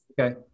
Okay